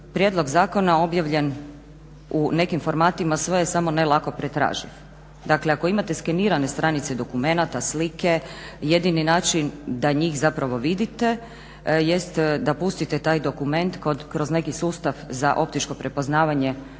prijedlog zakona objavljen u nekim formatima sve je samo ne lako pretraživ. Dakle, ako imate skenirane stranice dokumenata, slike, jedini način da njih zapravo vidite jest da pustite taj dokument kroz neki sustav za optičko prepoznavanje